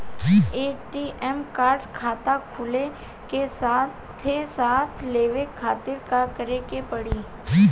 ATM card खाता खुले के साथे साथ लेवे खातिर का करे के पड़ी?